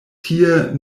tie